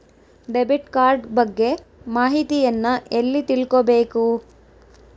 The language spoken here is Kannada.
ಡೆಬಿಟ್ ಕಾರ್ಡ್ ಬಗ್ಗೆ ಮಾಹಿತಿಯನ್ನ ಎಲ್ಲಿ ತಿಳ್ಕೊಬೇಕು?